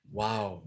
wow